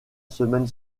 semaine